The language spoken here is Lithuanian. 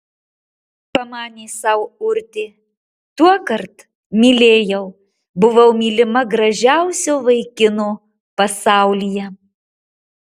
pamanė sau urtė tuokart mylėjau buvau mylima gražiausio vaikino pasaulyje